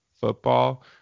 football